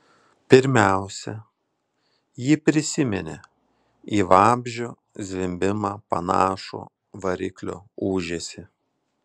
pirmiausia ji prisiminė į vabzdžio zvimbimą panašų variklio ūžesį